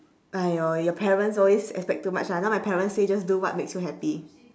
!aiyo! your parents always expect too much ah now my parents say just do what makes you happy